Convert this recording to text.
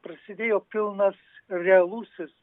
prasidėjo pilnas realusis